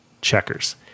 Checkers